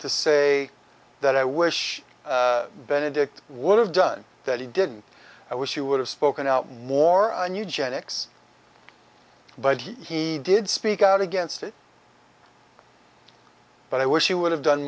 to say that i wish benedict would have done that he did i wish you would have spoken out more on eugenics but he did speak out against it but i wish he would have done